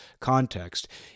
context